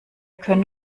können